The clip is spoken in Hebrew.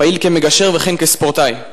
פעיל כמגשר וכן כספורטאי.